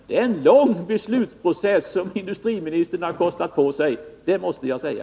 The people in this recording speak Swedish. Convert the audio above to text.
Det är en lång beslutsprocess som industriministern har kostat på sig — det måste jag säga.